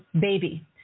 baby